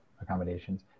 accommodations